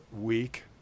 week